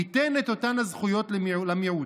ייתן אותן הזכויות למיעוט.